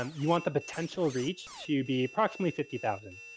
um you want the potential reach to be approximately fifty thousand.